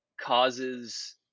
causes